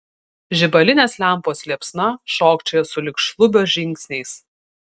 žibalinės lempos liepsna šokčiojo sulig šlubio žingsniais